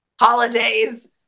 holidays